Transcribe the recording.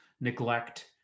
neglect